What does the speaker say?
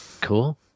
Cool